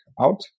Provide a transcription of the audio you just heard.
out